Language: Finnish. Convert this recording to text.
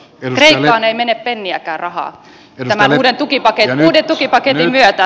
kreikkaan ei mene penniäkään rahaa tämän uuden tukipaketin myötä